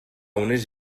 unes